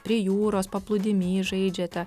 prie jūros paplūdimy žaidžiate